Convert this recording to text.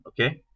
Okay